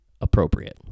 appropriate